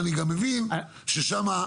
אני גם מבין ששם,